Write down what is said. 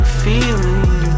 feeling